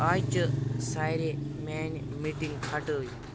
أز چہِ سارَے میانِہ میٹینگ ہٹایو